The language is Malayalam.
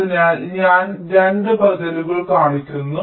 അതിനാൽ ഞാൻ 2 ബദലുകൾ കാണിക്കുന്നു